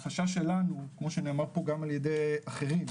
החשש שלנו, כמו שנאמר פה גם על ידי אחרים,